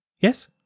yes